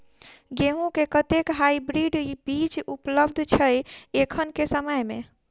गेंहूँ केँ कतेक हाइब्रिड बीज उपलब्ध छै एखन केँ समय मे?